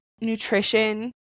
nutrition